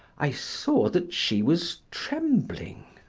i saw that she was trembling.